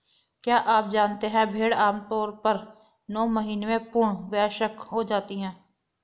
क्या आप जानते है भेड़ आमतौर पर नौ महीने में पूर्ण वयस्क हो जाती है?